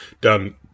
done